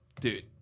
Dude